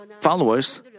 followers